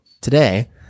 today